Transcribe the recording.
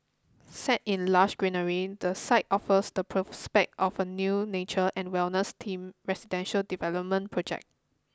set in lush greenery the site offers the prospect of a new nature and wellness team residential development project